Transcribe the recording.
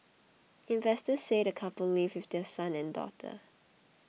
investors say the couple live with their son and daughter